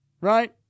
right